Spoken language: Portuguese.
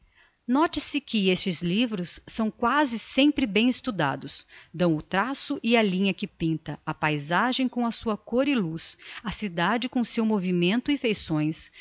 note-se que estes livros são quasi sempre bem estudados dão o traço e a linha que pinta a paysagem com a sua côr e luz a cidade com o seu movimento e feições